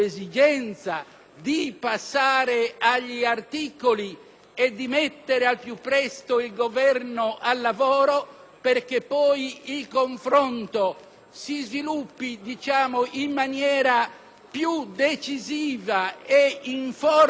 e di mettere al più presto il Governo al lavoro perché poi il confronto si sviluppi in maniera più decisiva e in forme non più rinviabili